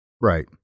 Right